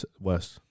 West